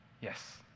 Yes